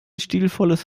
stilvolles